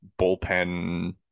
bullpen